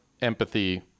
empathy